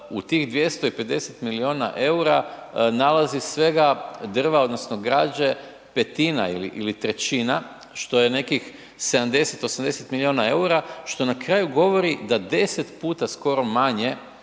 u tih 250 milijuna eura nalazi svega drva odnosno građe 1/5 ili 1/3 što je nekih 70, 80 milijuna eura, što na kraju govori da 10 puta skoro manje